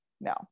no